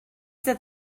that